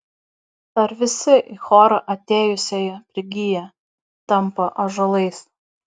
ar visi į chorą atėjusieji prigyja tampa ąžuolais